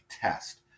test